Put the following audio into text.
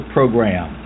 Program